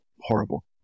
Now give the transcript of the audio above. horrible